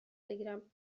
بگیرم